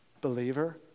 believer